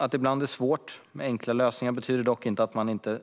Att det ibland är svårt med enkla lösningar betyder dock inte att man inte